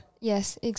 Yes